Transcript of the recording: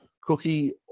Cookie